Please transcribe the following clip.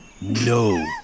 no